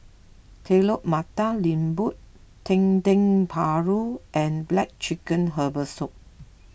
Telur Mata Lembu Dendeng Paru and Black Chicken Herbal Soup